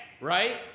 right